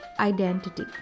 Identity